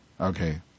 Okay